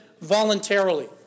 voluntarily